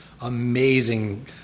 amazing